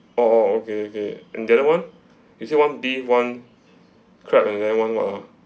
oh oh okay okay and the other [one] you said one beef one crab and then one what ah